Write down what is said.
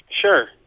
sure